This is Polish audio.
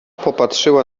popatrzyła